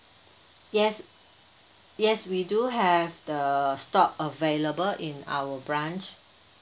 yes yes we do have the stock available in our branch